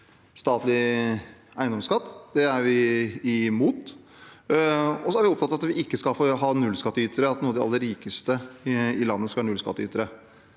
statlig eiendomsskatt. Det er vi imot. Vi er også opptatt av at vi ikke skal ha nullskattytere – at noen av de aller rikeste i landet ikke skal være nullskattytere.